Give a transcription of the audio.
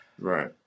right